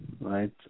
right